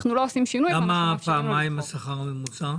למה פעמיים השכר הממוצע?